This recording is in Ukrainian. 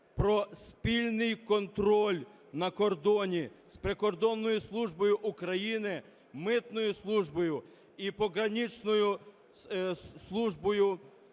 про спільний контроль на кордоні з прикордонною службою України, митною службою і пограничною службою стражі